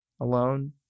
alone